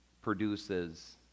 produces